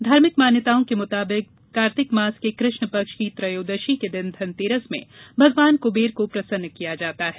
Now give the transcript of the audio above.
धार्मिक मान्यताओं के मुताबिक कार्तिक मास के कृष्ण पक्ष की त्रर्यादशी के दिन धनतेरस में भगवान कुंबेर को प्रसन्न किया जाता है